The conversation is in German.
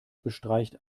bestreicht